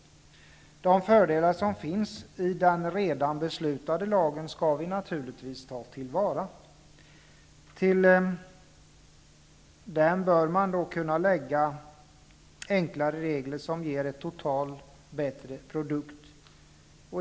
De fördelar som finns i den redan beslutade lagen skall vi naturligtvis ta till vara. Till dem bör man kunna lägga enklare regler som ger en totalt bättre produkt.